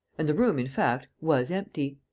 and the room, in fact, was empty.